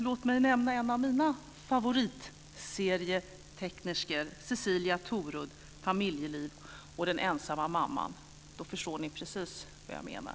Låt mig nämna en av mina favoritserietecknerskor, Cecilia Torudd, som har gjort Familjeliv och Ensamma mamman. Då förstår ni precis vad jag menar.